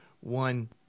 one